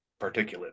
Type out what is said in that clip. particulate